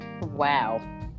Wow